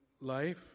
life